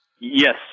Yes